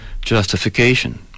justification